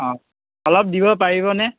অ অলপ দিব পাৰিবনে